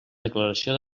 declaració